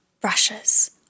brushes